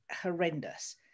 horrendous